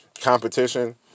competition